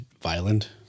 violent